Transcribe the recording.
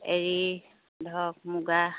এৰী ধৰক মুগা